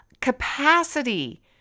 Capacity